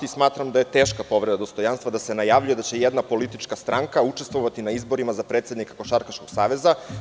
Smatram da je teška povreda dostojanstva da se najavljuje da će jedna politička stranka učestvovati na izborima za predsednika Košarkaškog saveza.